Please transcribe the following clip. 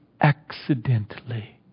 accidentally